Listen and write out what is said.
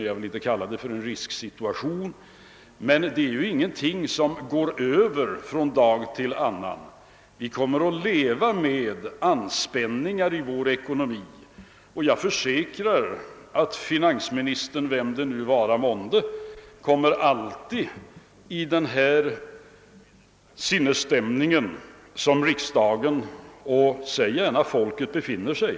Jag vill inte tala om en risksituation. Detta är emellertid ingenting som går över från en dag till en annan. Vi kommer att leva med anspänningar i vår ekonomi, och jag försäkrar att finansministern, vem det nu vara månde, alltid kommer att få uppleva den sinnesstämning som riksdagen, låt oss även säga folket, nu befinner sig i.